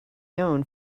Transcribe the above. known